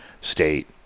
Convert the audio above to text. State